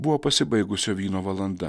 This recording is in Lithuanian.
buvo pasibaigusio vyno valanda